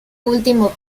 último